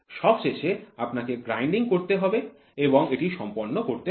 সবশেষে আপনাকে গ্রাইন্ডিং করতে হবে এবং এটি সম্পন্ন করতে হবে